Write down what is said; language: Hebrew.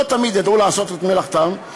לא תמיד ידעו לעשות את מלאכתם.